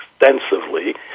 extensively